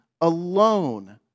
alone